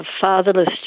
fatherless